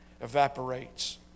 evaporates